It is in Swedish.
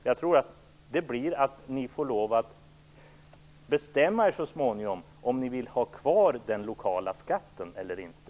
Jag tror att ni så småningom får lov att bestämma er om ni vill ha kvar den lokala skatten eller inte.